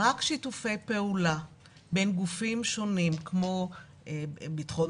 רק שיתופי פעולה בין גופים שונים - כמו ביטחון